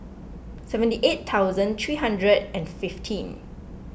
seventy eight thousand three hundred and fifteen